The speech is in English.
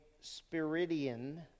Spiridion